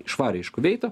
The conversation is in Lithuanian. išvarė iš kuveito